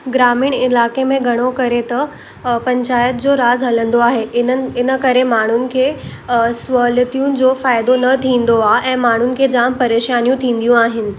ग्रामीण इलाइक़े में घणो करे त अ पंचायतु जो राज़ हलंदो आहे इन्हनि इन करे माण्हुनि खे अ सहुलतियुनि जो फ़ाइदो न थींदो आहे ऐं माण्हुनि खे जाम परेशानियूं थींदियूं आहिनि